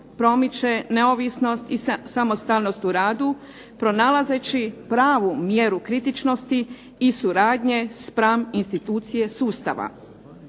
promiče neovisnost i samostalnost u radu, pronalazeći pravu mjeru kritičnosti i suradnje spram institucije sustava,